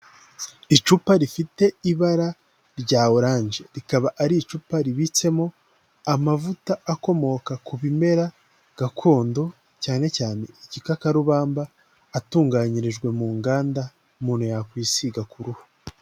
Icupa rifite ibara rya oranje rikaba ari icupa ribitsemo amavuta akomoka ku bimera gakondo cyane cyane igikakarubamba atunganyirijwe mu nganda umuntu yakwisiga ku ruhu.